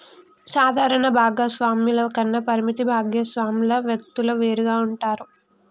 సాధారణ భాగస్వామ్యాల కన్నా పరిమిత భాగస్వామ్యాల వ్యక్తులు వేరుగా ఉంటారు